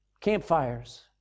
campfires